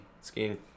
Skiing